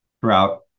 throughout